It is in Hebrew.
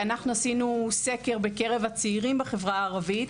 אנחנו עשינו סקר בקרב הצעירים בחברה הערבית,